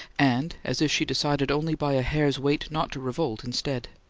and as if she decided only by a hair's weight not to revolt, instead.